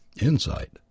Insight